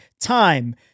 time